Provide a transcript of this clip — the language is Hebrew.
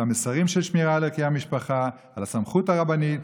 את המסרים של שמירה על ערכי המשפחה ועל הסמכות הרבנית,